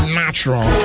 natural